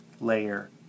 layer